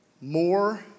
more